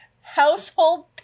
household